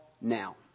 now